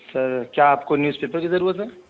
سر کیا آپ کو نیوز پیپر کی ضرورت ہے